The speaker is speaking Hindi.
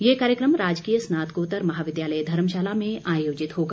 ये कार्यक्रम राजकीय स्नातकोतर महाविद्यालय धर्मशाला में आयोजित होगा